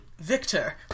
Victor